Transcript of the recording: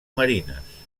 marines